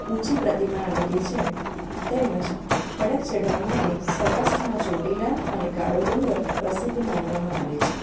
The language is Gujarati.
ઊંચી પ્રતિમા આવેલી છે તેમજ ખડક ચઢાણ માટે સૌરાષ્ટ્રમાં ચોટીલા અને કાળો ડુંગર પ્રસિધ્ધ માનવામાં આવે છે